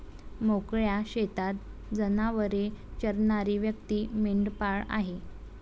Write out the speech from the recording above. मोकळ्या शेतात जनावरे चरणारी व्यक्ती मेंढपाळ आहे